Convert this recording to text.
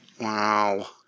Wow